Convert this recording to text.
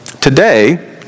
Today